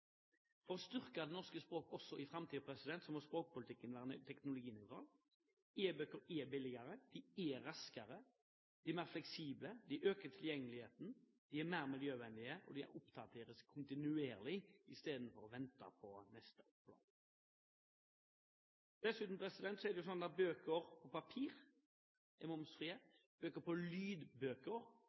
norske språket også i framtiden må språkpolitikken være teknologinøytral. E-bøker er billigere, de er raskere, de er mer fleksible, de øker tilgjengeligheten, de er mer miljøvennlige, og de oppdateres kontinuerlig istedenfor at en må vente på neste opplag. Dessuten er det slik at bøker på papir er momsfrie, lydbøker – som til en viss grad er med på